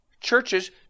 churches